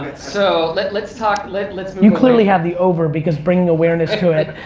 so, let's talk, let's let's you clearly have the over because bringing awareness to it,